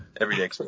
everyday